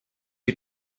you